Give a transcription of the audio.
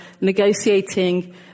negotiating